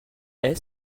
est